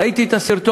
ראיתי את הסרטון,